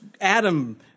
Adam